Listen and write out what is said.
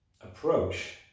approach